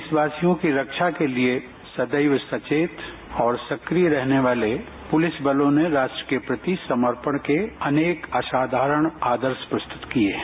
देशवासियों की रक्षा के लिए सदैव सचेत और सक्रिय रहने वाले पुलिसबलों ने राष्ट्र के प्रति समर्पण के अनेक असाधारण आदर्श प्रस्तुत किये हैं